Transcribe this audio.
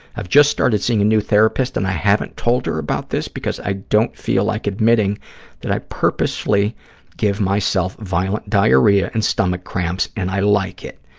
i've just started seeing a new therapist and i haven't told her about this because i don't feel like admitting that i purposefully give myself myself violent diarrhea and stomach cramps and i like it.